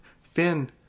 Finn